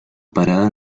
parada